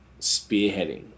spearheading